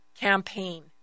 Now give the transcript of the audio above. campaign